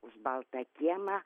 už baltą kiemą